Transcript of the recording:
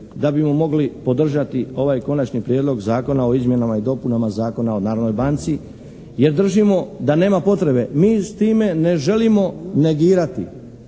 da bismo mogli podržati ovaj Konačni prijedlog Zakona o izmjenama i dopunama Zakona o Narodnoj banci jer držimo da nema potrebe. Mi s time ne želimo negirati,